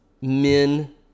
men